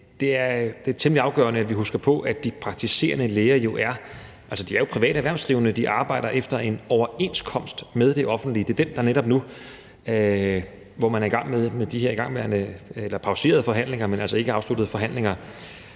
temmelig afgørende, at vi husker på, at de praktiserende læger jo er private erhvervsdrivende. De arbejder efter en overenskomst med det offentlige, og det er den, man netop nu er i gang med at forhandle under de her pauserede, men altså ikke afsluttede forhandlinger.